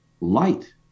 light